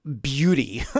beauty